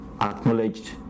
acknowledged